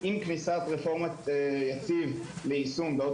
עם כניסת רפורמת יציב ליישום בעוד